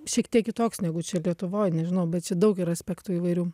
šiek tiek kitoks negu čia lietuvoj nežinau bet čia daug yra aspektų įvairių